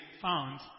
found